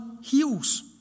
heals